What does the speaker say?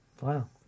Wow